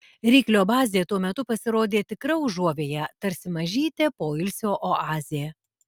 ryklio bazė tuo metu pasirodė tikra užuovėja tarsi mažytė poilsio oazė